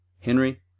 Henry